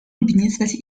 بالنسبة